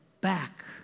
back